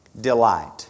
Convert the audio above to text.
delight